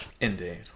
Indeed